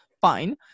fine